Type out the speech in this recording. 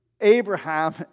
Abraham